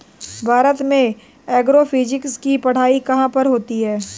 भारत में एग्रोफिजिक्स की पढ़ाई कहाँ पर होती है?